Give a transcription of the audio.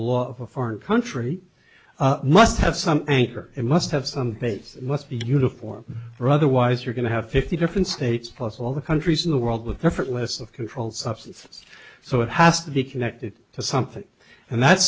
law a foreign country must have some anchor it must have some base must be uniform or otherwise you're going to have fifty different states plus all the countries in the world with different lists of controlled substance so it has to be connected to something and that's